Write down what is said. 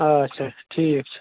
آچھا ٹھیٖک چھُ